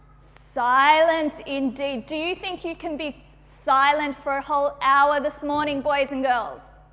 silence, indeed. do you think you can be silent for a whole hour this morning boys and girls?